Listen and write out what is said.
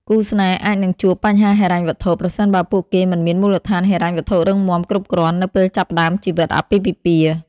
គូស្នេហ៍អាចនឹងជួប បញ្ហាហិរញ្ញវត្ថុ ប្រសិនបើពួកគេមិនមានមូលដ្ឋានហិរញ្ញវត្ថុរឹងមាំគ្រប់គ្រាន់នៅពេលចាប់ផ្តើមជីវិតអាពាហ៍ពិពាហ៍។